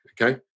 Okay